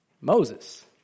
Moses